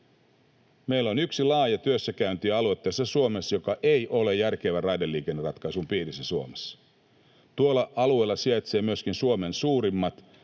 Suomessa yksi laaja työssäkäyntialue, joka ei ole järkevän raideliikenneratkaisun piirissä — tuolla alueella sijaitsevat myöskin Suomen suurimmat